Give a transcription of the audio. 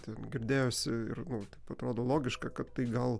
ten girdėjosi ir nu atrodo logiška kad tai gal